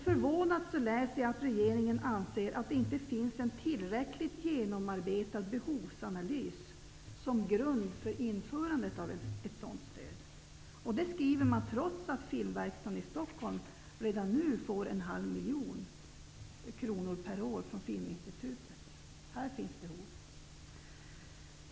Förvånat läser jag att regeringen anser att det inte finns en tillräckligt genomarbetad behovsanalys som grund för införandet av ett sådant stöd. Detta anför regeringen trots att Filmverkstaden i Stockholm redan nu får en halv miljon kronor per år från Filminstitutet. Här finns behov!